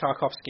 Tarkovsky